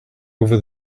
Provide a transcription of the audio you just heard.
over